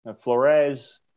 Flores